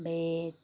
bed